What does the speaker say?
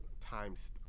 times